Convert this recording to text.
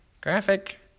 graphic